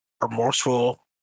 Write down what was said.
remorseful